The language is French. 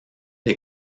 des